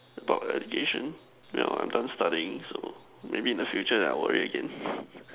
about education now I'm done studying so maybe in the future I'll worry again